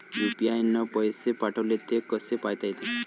UPI न पैसे पाठवले, ते कसे पायता येते?